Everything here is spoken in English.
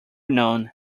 known